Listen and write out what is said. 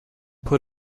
put